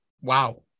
Wow